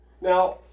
now